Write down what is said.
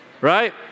Right